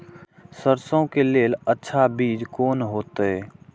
सरसों के लेल अच्छा बीज कोन होते?